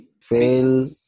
fail